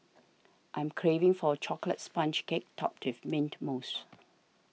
I am craving for a Chocolate Sponge Cake Topped with Mint Mousse